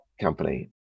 company